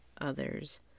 others